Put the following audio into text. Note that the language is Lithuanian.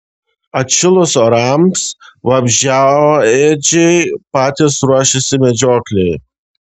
atšilus orams vabzdžiaėdžiai patys ruošiasi medžioklei